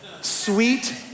Sweet